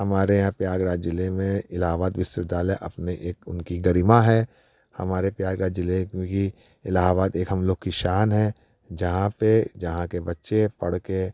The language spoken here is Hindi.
हमारे यहाँ प्रयागराज ज़िले में इलाहाबाद विश्वविद्यालय अपनी एक उनकी गरिमा है हमारे प्रयागराज ज़िले में ही इलाहाबाद एक हम लोग की शान है जहाँ पर जहाँ के बच्चे पढ़ कर